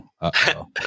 Uh-oh